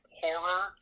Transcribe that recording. horror